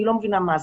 אני לא מבינה מה זה.